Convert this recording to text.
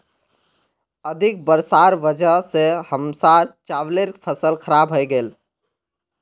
अधिक वर्षार वजह स हमसार चावलेर फसल खराब हइ गेले